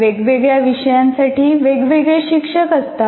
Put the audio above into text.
वेगवेगळ्या विषयांसाठी वेगवेगळे शिक्षक असतात